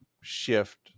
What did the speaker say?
shift